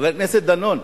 חבר הכנסת דנון,